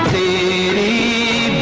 a